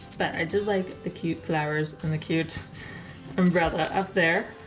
but i did like the cute flowers and the cute umbrella up there.